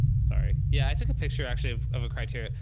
sorry. yeah. i took a picture actually of of a criteria.